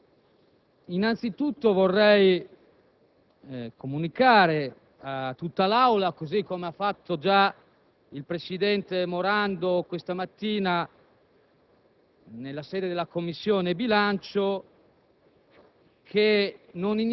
Signor Presidente, innanzitutto vorrei comunicare a tutta l'Aula - come ha già fatto il presidente Morando questa mattina